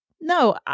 No